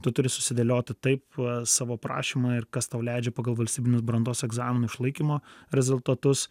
tu turi susidėlioti taip savo prašymą ir kas tau leidžia pagal valstybinius brandos egzaminų išlaikymo rezultatus